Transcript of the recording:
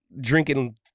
drinking